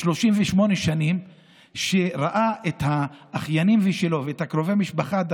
38 שנים שהוא לא ראה את האחיינים שלו ואת קרובי המשפחה שלו,